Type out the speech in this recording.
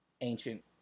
Ancient